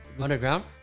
underground